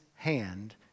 hand